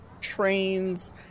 trains